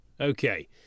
Okay